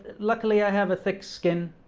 luckily i have a thick skin